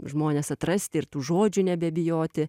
žmonės atrasti ir tų žodžių nebebijoti